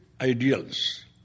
ideals